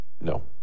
No